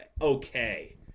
okay